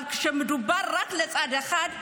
אבל כשמדובר רק לצד אחד,